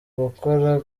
gukora